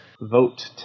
Vote